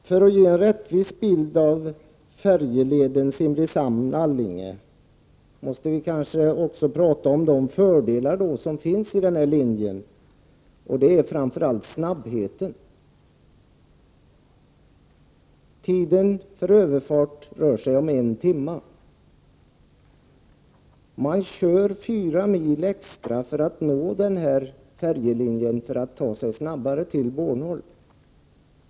Herr talman! För att ge en rättvis bild av färjeleden Simrishamn — Allinge måste vi kanske också tala om fördelarna med den linjen. Framför allt går det mycket snabbt att åka över. Överfarten tar nämligen en timme. Många kör således fyra mil extra för att snabbare kunna ta sig till Bornholm.